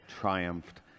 triumphed